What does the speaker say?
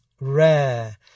rare